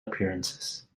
appearances